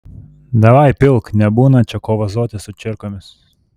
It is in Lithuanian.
davai pilk nebūna čia ko vazotis su čierkomis